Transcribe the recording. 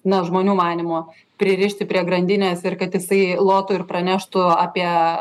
na žmonių manymu pririšti prie grandinės ir kad jisai lotų ir praneštų apie